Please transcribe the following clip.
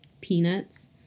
peanuts